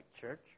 church